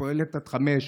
שפועלת עד חמש,